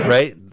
Right